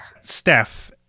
Steph